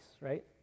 right